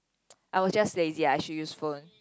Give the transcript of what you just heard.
I was just lazy I should use phone